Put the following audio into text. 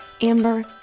Amber